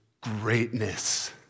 greatness